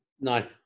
No